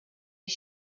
his